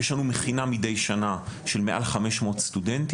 יש לנו מדי שנה מכינה של מעל 500 סטודנטים,